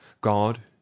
God